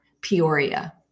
Peoria